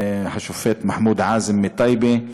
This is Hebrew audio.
השופט מחמוד עאזם מטייבה,